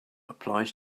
applies